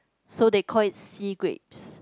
so they call it sea grapes